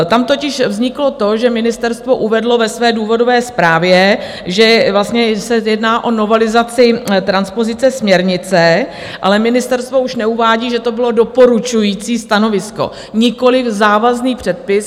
Tam totiž vzniklo to, že ministerstvo uvedlo ve své důvodové zprávě, že se jedná o novelizaci transpozice směrnice, ale ministerstvo už neuvádí, že to bylo doporučující stanovisko, nikoliv závazný předpis.